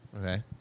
Okay